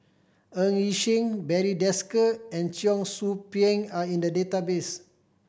Ng Yi Sheng Barry Desker and Cheong Soo Pieng are in the database